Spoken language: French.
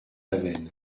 aven